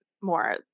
more